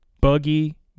buggy